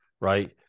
right